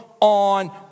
on